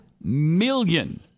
million